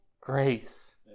grace